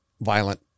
violent